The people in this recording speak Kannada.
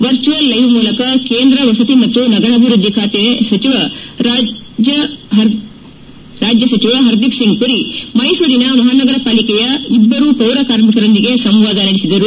ವರ್ಚುವಲ್ ಲೈವ್ ಮೂಲಕ ಕೇಂದ್ರ ವಸತಿ ಮತ್ತು ನಗರಾಭಿವೃದ್ಧಿ ಖಾತೆ ರಾಜ್ಯ ಸಚಿವ ಪರ್ದೀಪ್ ಸಿಂಗ್ ಪುರಿ ಮ್ಲೆಸೂರಿನ ಮಹಾನಗರ ಪಾಲಿಕೆಯ ಇಬ್ಲರು ಪೌರ ಕಾರ್ಮಿಕರೊಂದಿಗೆ ಸಂವಾದ ನಡೆಸಿದರು